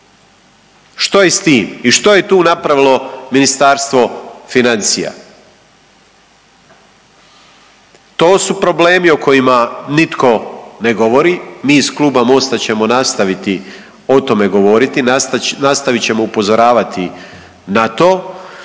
Što je s tim i što je tu napravilo Ministarstvo financija? To su problemi o kojima nitko ne govori. Mi iz Kluba Mosta ćemo nastaviti o tome govoriti. Nastavit ćemo upozoravati na to